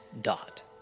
dot